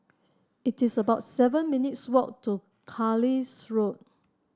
it is about seven minutes walk to Carlisle Road